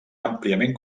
àmpliament